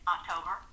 October